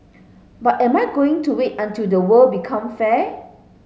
but am I going to wait until the world become fair